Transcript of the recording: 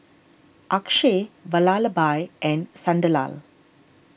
Akshay Vallabhbhai and Sunderlal